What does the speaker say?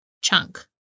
Chunk